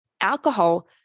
alcohol